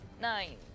nine